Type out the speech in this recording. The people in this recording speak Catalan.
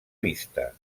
vista